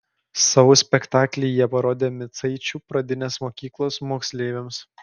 savo spektaklį jie parodė micaičių pradinės mokyklos moksleiviams